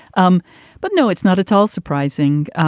um but no, it's not at all surprising.